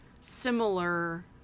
similar